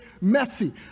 messy